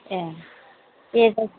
ए दे जायो